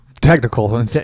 Technical